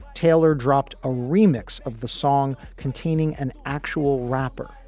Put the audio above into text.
taylor dropped a remix of the song containing an actual rapper,